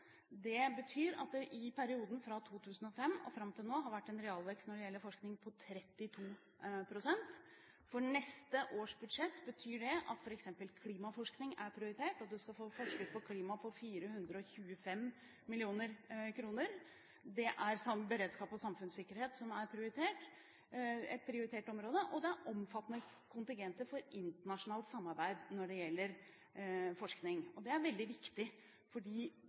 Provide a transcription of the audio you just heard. Det betyr at det i perioden fra 2005 og fram til nå har vært en realvekst når det gjelder forskning på 32 pst. For neste års budsjett betyr det at f.eks. klimaforskning er prioritert. Det skal forskes på klima for 425 mill. kr. Samtidig er beredskap og sikkerhet et prioritert område. Og det er omfattende kontingenter for internasjonalt samarbeid når det gjelder forskning. Det er veldig viktig, fordi